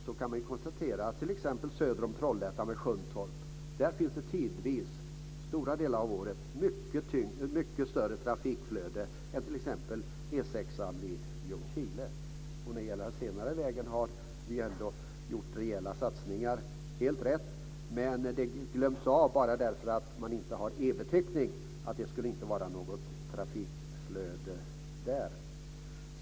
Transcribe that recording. Vi kan konstatera att t.ex. söder om Trollhättan, vid Sjuntorp, finns det tidvis, stora delar av året, mycket större trafikflöde än t.ex. på E 6:an vid Ljungskile. Och när det gäller den senare vägen har vi ändå gjort rejäla satsningar. Det är helt rätt, men bara för att man inte har E beteckning glöms man bort - bara därför skulle det inte vara något trafikflöde där.